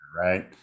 right